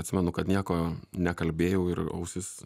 atsimenu kad nieko nekalbėjau ir ausis